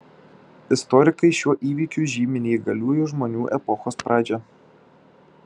istorikai šiuo įvykiu žymi neįgaliųjų žmonių epochos pradžią